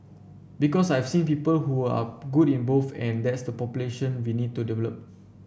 because I've seen people who are good in both and that's the population we need to develop